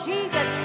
Jesus